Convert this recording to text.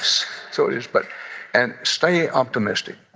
so it is, but and stay optimistic.